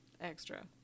extra